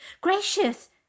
Gracious